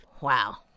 Wow